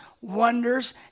wonders